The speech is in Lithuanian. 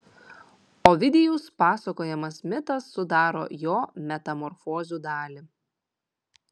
ovidijaus pasakojamas mitas sudaro jo metamorfozių dalį